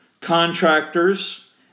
contractors